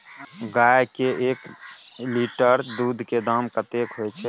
गाय के एक लीटर दूध के दाम कतेक होय छै?